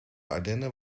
ardennen